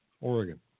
Oregon